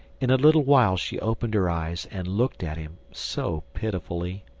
in a little while she opened her eyes and looked at him so pitifully!